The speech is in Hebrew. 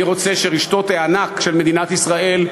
אני רוצה שרשתות הענק של מדינת ישראל,